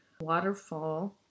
Waterfall